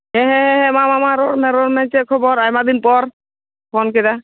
ᱦᱮᱸ ᱦᱮᱸ ᱦᱮᱸ ᱦᱮᱸ ᱢᱟ ᱢᱟ ᱨᱚᱲ ᱢᱮ ᱨᱚᱲ ᱢᱮ ᱪᱮᱫ ᱠᱷᱚᱵᱚᱨ ᱟᱭᱢᱟ ᱫᱤᱱ ᱯᱚᱨ ᱯᱷᱳᱱ ᱠᱮᱫᱟ